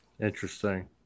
Interesting